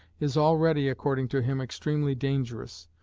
is already, according to him, extremely dangerous,